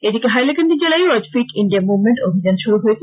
এদিকে হাইলাকান্দি জেলায়ও আজ ফিট ইন্ডিয়া মুভমেন্ট অভিযান শুরু হয়েছে